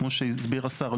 כמו שהסביר השר,